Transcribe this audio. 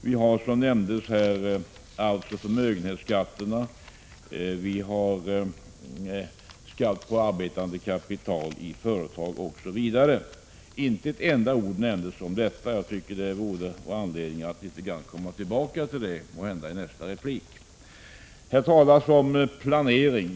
Vi har, som nämnts här, arvsoch förmögenhetsskatterna, skatt på arbetande kapital i företag osv. Inte ett enda ord nämndes om detta, och jag tycker det vore anledning att något komma tillbaka till det, måhända i nästa replik. Här talas om planering.